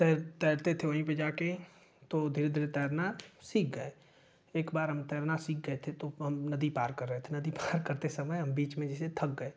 तैरते थे वहीं पर जा कर तो धीरे धीरे तैरना सीख गये एक बार हम तैरना सीख गये थे तो हम नदी पार कर रहे थे नदी पार करते समय हम बीच में जैसे थक गये